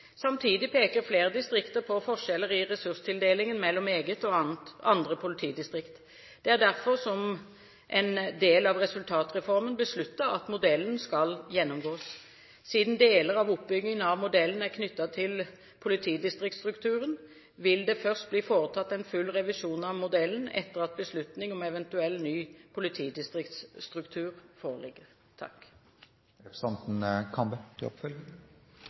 Samtidig peker flere distrikter på forskjeller i ressurstildelingen mellom eget og andre politidistrikt. Det er derfor, som en del av resultatreformen, besluttet at modellen skal gjennomgås. Siden deler av oppbyggingen av modellen er knyttet til politidistriktsstrukturen, vil det først bli foretatt en full revisjon av modellen etter at beslutning om eventuell ny politidistriktsstruktur foreligger. Jeg vil bare råde statsråden til